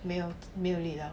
没有没有力 liao